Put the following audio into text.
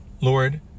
Lord